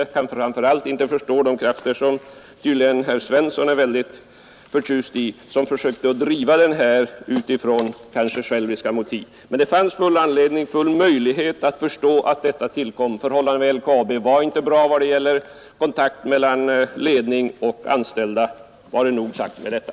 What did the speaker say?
Jag kan framför allt inte förstå de krafter, som tydligen herr Svensson är väldigt förtjust i och som försökte driva den här strejken utifrån själviska motiv. Men det fanns full möjlighet att förstå att detta tillkom. Förhållandena vid LKAB var inte bra när det gäller kontakten mellan ledning och anställda. Vare nog sagt med detta.